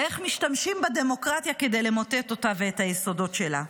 ואיך משתמשים בדמוקרטיה כדי למוטט אותה ואת היסודות שלה,